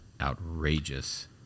outrageous